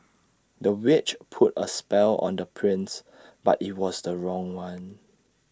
the witch put A spell on the prince but IT was the wrong one